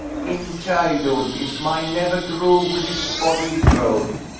in childhood, his mind never grew with his bodily growth.